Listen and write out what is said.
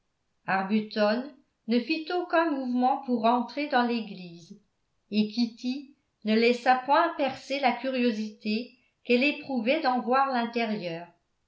arbuton ne fit aucun mouvement pour entrer dans l'église et kitty ne laissa point percer la curiosité qu'elle éprouvait d'en voir l'intérieur